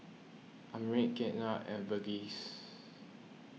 Amit Ketna and Verghese